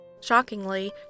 Shockingly